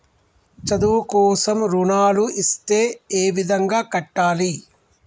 చదువు కోసం రుణాలు ఇస్తే ఏ విధంగా కట్టాలి?